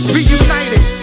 Reunited